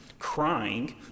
crying